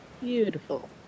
Beautiful